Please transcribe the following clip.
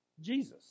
Jesus